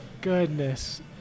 goodness